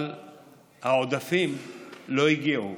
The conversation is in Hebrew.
אבל העודפים לא הגיעו.